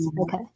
okay